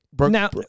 Now